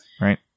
right